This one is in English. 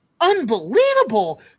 unbelievable